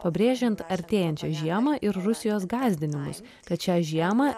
pabrėžiant artėjančią žiemą ir rusijos gąsdinimus kad šią žiemą